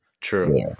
True